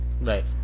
right